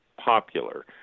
popular